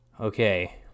okay